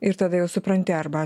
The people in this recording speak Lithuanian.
ir tada jau supranti arba